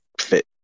fit